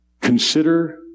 consider